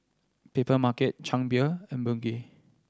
Papermarket Chang Beer and Bengay